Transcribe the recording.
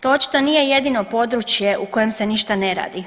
To očito nije jedino područje u kojem se ništa ne radi.